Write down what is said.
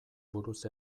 buruz